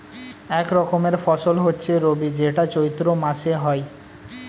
এক রকমের ফসল হচ্ছে রবি যেটা চৈত্র মাসে হয়